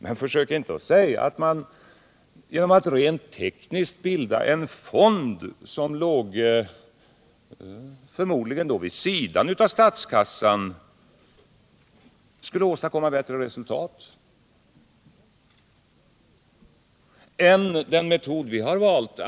Men försök inte att säga att man genom att rent tekniskt bilda en fond, som förmodligen skulle ligga vid sidan av statskassan, skulle kunna åstadkomma bättre resultat än genom den metod som vi har valt!